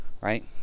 right